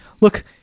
look